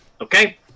Okay